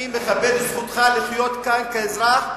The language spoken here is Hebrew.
אני מכבד את זכותך לחיות כאן כאזרח,